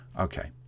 Okay